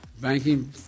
banking